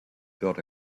build